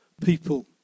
people